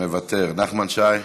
מוותר, חבר הכנסת נחמן שי,